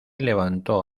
levantó